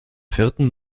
vierten